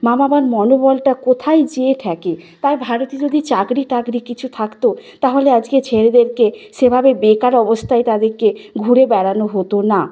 মা বাবার মনোবলটা কোথায় যেয়ে ঠেকে তাই ভারতে যদি চাকরি টাকরি কিছু থাকত তাহলে আজকে ছেলেদেরকে সেভাবে বেকার অবস্থায় তাদেরকে ঘুরে বেড়ানো হতো না